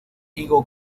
higo